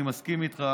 אני מסכים איתך